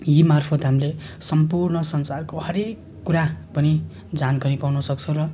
यी मार्फत हामीले सम्पूर्ण संसारको हरेक कुरा पनि जानुकारी पाउन सक्छौँ र